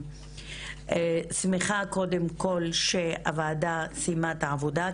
אני שמחה, קודם כל, שהוועדה סיימה את העבודה.